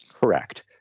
Correct